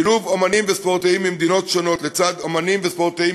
שילוב אמנים וספורטאים ממדינות שונות לצד אמנים וספורטאים